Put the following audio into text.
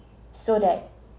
so that